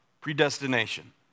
Predestination